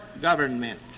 government